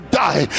die